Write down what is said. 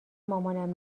مامانم